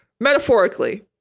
Metaphorically